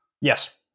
Yes